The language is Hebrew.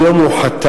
היום הוא חתן,